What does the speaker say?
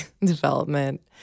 development